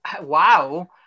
wow